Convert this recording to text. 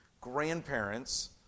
grandparents